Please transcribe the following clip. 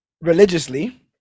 religiously